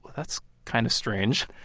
that's kind of strange.